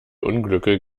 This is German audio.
unglücke